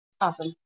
Awesome